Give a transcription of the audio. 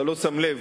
לא שמתי לב.